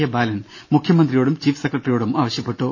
A Balan മുഖ്യമന്ത്രിയോടും chief സെക്രട്ടറിയോടും ആവശ്യപ്പെട്ടു